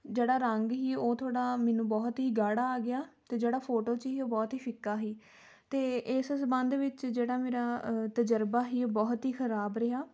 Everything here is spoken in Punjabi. ਜਿਹੜਾ ਰੰਗ ਸੀ ਉਹ ਥੋੜ੍ਹਾ ਮੈਨੂੰ ਬਹੁਤ ਹੀ ਗਾੜਾ ਆ ਗਿਆ ਅਤੇ ਜਿਹੜਾ ਫੋਟੋ 'ਚ ਸੀ ਉਹ ਬਹੁਤ ਹੀ ਫਿੱਕਾ ਸੀ ਅਤੇ ਇਸ ਸੰਬੰਧ ਵਿੱਚ ਜਿਹੜਾ ਮੇਰਾ ਤਜਰਬਾ ਸੀ ਉਹ ਬਹੁਤ ਹੀ ਖ਼ਰਾਬ ਰਿਹਾ